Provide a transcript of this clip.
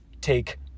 Take